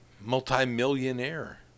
multi-millionaire